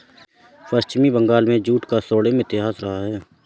पश्चिम बंगाल में जूट का स्वर्णिम इतिहास रहा है